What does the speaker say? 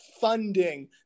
funding